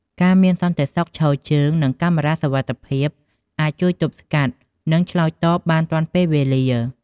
ការមានសន្តិសុខឈរជើង និងកាមេរ៉ាសុវត្ថិភាពអាចជួយទប់ស្កាត់ និងឆ្លើយតបបានទាន់ពេលវេលា។